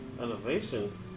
Elevation